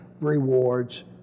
rewards